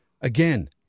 again